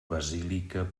basílica